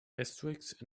asterisk